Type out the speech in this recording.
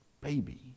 baby